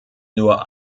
nur